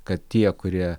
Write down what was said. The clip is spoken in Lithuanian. kad tie kurie